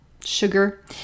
sugar